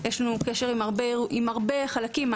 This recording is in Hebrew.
יש לנו קשר עם הרבה חלקים,